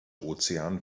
ozean